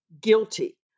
guilty